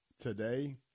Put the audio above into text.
today